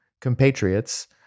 compatriots